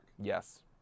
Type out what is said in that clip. Yes